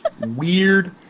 weird